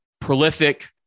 prolific